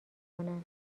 کنن